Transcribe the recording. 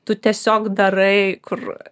tu tiesiog darai kur